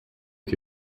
que